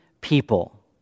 people